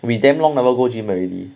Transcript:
we damn long never go gym already